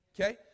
Okay